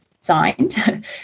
signed